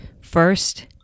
First